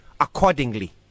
accordingly